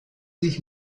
sich